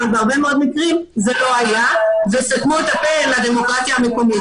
אבל בהרבה מאוד מקרים זה לא היה וסתמו את הפה לדמוקרטיה המקומית.